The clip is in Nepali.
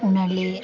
उनीहरूले